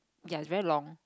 ya is very long